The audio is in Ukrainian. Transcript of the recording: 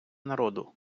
народу